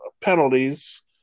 penalties